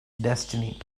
destiny